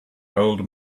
old